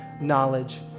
knowledge